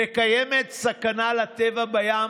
וקיימת סכנה לטבע בים,